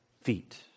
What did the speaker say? feet